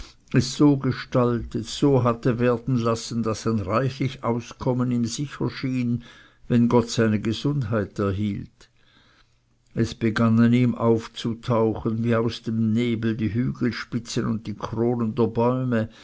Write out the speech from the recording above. es so gestaltet so hatte werden lassen daß ein reichlich auskommen ihm sicher schien wenn gott seine gesundheit erhielt es begannen ihm aufzutauchen wie aus dem nebel die hügelspitzen und die kronen der bäume